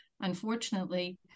unfortunately